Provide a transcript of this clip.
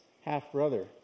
half-brother